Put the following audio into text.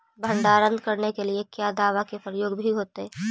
भंडारन करने के लिय क्या दाबा के प्रयोग भी होयतय?